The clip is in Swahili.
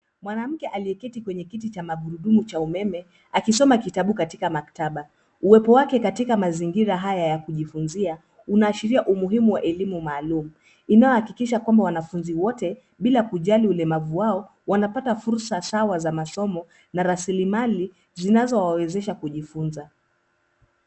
Mwanamke aliyeketi kwenye kiti cha magurudumu cha umeme akisoma kitabu katika maktaba. Uwepo wake katika mazingira haya ya kujifunzia unaashiria umuhimu wa elimu maalum inayohakikisha kwamba wanafunzi wote bila kujali ulemavu wao wanapata fursa sawa za masomo na rasilimali zinazowawezesha kujifunza.